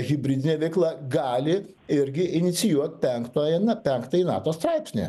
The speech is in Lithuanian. hibridinė veikla gali irgi inicijuot penktojo na penktąjį nato straipsnį